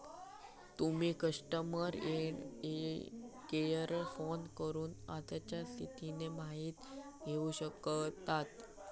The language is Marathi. तुम्ही कस्टमर केयराक फोन करून कर्जाच्या स्थितीची माहिती घेउ शकतास